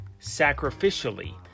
sacrificially